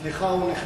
סליחה, הוא נכה.